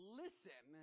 listen